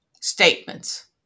statements